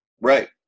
Right